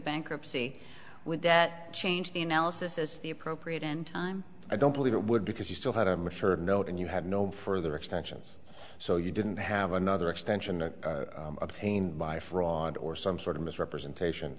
bankruptcy would that change the analysis as the appropriate in time i don't believe it would because he still had a mature note and you had no further extensions so you didn't have another extension a obtained by fraud or some sort of misrepresentation